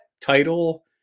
title